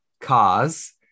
cars